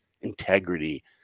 integrity